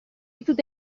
tutto